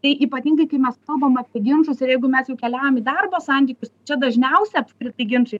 tai ypatingai kai mes kalbam apie ginčus ir jeigu mes jau keliaujam į darbo santykius čia dažniausia apskritai ginčai